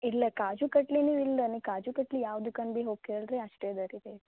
ಇಲ್ಲ ಕಾಜು ಕಟ್ಲಿ ನೀವು ಇಲ್ಲ ನೀವು ಕಾಜು ಕಟ್ಲಿ ಯಾವ್ದಕ್ಕೆ ಅಂಗ್ಡಿಗೆ ಹೋಗಿ ಕೇಳಿ ರಿ ಅಷ್ಟೆ ಅದೆ ರೀ ರೇಟ್